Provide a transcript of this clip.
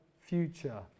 future